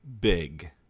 big